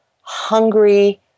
hungry